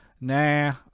nah